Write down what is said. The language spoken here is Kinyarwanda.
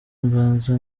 mbanze